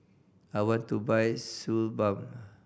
I want to buy Suu Balm